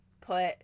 put